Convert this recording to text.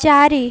ଚାରି